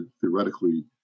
theoretically